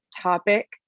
topic